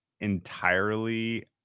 entirely –